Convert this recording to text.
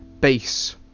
base